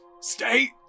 Stay